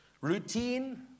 Routine